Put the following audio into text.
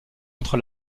entre